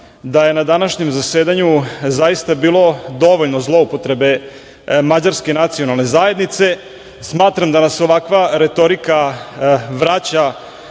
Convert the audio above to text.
da je na današnjem zasedanju zaista bilo dovoljno zloupotrebe mađarske nacionalne zajednice. Smatram da nas ovakva retorika vraća